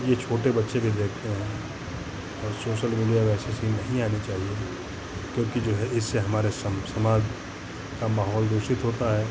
ये छोटे बच्चे भी देखते हैं और सोशल मीडिया पे ऐसे सीन नहीं आने चाहिए क्योंकि जो है इससे हमारे सम समाज का माहौल दूषित होता है